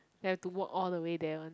have to walk all the way there one